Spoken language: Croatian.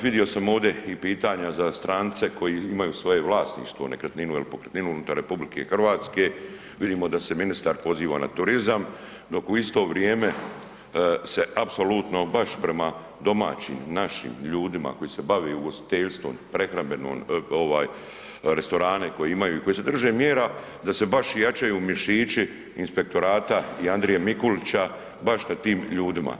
Vidio sam ovdje i pitanja za strance koji imaju svoje vlasništvo, nekretninu ili pokretninu unutar RH, vidimo da se ministar poziva na turizam, dok u isto vrijeme se apsolutno baš prema domaćim, našim ljudima koji se bave ugostiteljstvom, prehrambenom, ovaj, restorane koji imaju, koji se drže mjera da se baš i jačaju mišići inspektorata i Andrije Mikulića, baš na tim ljudima.